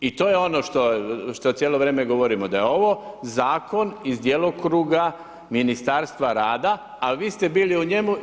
I to je ono što cijelo vrijeme govorimo, da je ovo zakon iz djelokruga Ministarstva rada a vi ste bili u njemu.